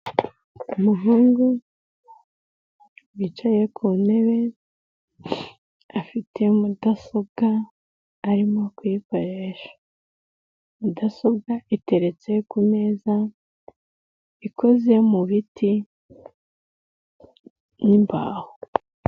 Umuhungu wicaye ku ntebe afite mudasobwa arimo kuyikoresha mudasobwa iteretse ku meza ikoze mu biti n'imbaho.